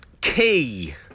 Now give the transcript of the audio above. key